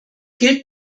gilt